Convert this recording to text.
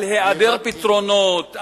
על היעדר פתרונות,